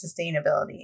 sustainability